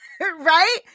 right